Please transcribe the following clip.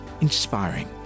inspiring